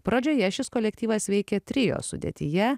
pradžioje šis kolektyvas veikė trio sudėtyje